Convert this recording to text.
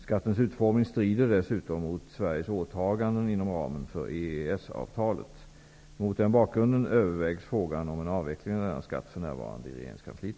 Skattens utformning strider dessutom mot Sveriges åtaganden inom ramen för EES-avtalet. Mot den bakgrunden övervägs frågan om en avveckling av denna skatt för närvarande i regeringskansliet.